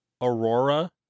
Aurora